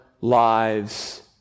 lives